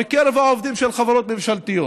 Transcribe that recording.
בקרב העובדים של חברות ממשלתיות.